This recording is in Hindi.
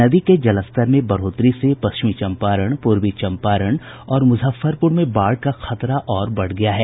नदी के जलस्तर में बढ़ोतरी से पश्चिमी चंपारण पूर्वी चंपारण और मुजफ्फरपुर में बाढ़ का खतरा और बढ़ गया है